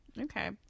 okay